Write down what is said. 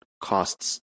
costs